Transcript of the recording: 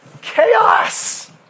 Chaos